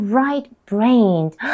right-brained